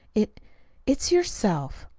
it it's yourself.